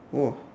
!wah!